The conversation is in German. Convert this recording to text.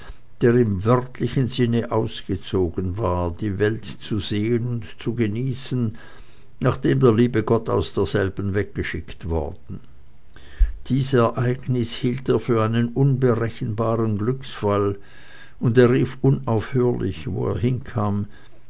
der im wörtlichen sinne ausgezogen war die welt zu sehen und zu genießen nachdem der liebe gott aus derselben weggeschickt worden dies ereignis hielt er für einen unberechenbaren glücksfall und er rief unaufhörlich wo er hinkam